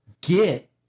get